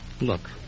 Look